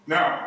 Now